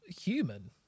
human